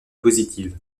positives